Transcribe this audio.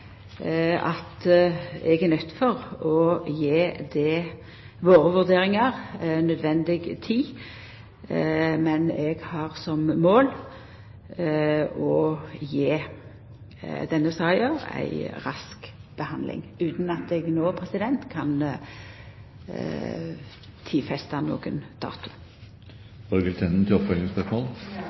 at eg er nøydd til å gje våre vurderingar nødvendig tid, men eg har som mål å gje denne saka ei rask behandling, utan at eg no kan tidfesta nokon